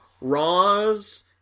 Roz